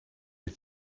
het